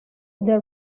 the